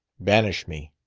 banish me.